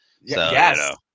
yes